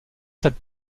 cette